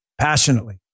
passionately